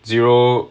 zero